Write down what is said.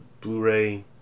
Blu-ray